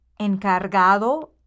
encargado